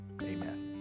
amen